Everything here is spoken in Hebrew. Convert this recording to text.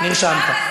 אני לא אתייחס.